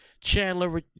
Chandler